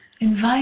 Invite